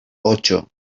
ocho